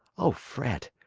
o fred,